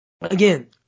again